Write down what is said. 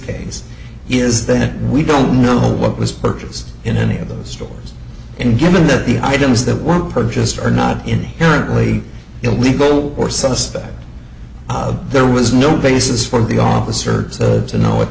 case is then we don't know what was purchased in any of those stores and given that the items that were purchased are not inherently illegal or suspect there was no basis for the officer so the to know at